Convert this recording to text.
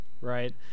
right